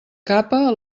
capa